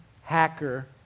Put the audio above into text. hacker